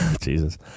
Jesus